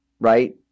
right